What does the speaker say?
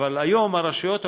אבל היום הרשויות המקומיות,